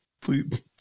please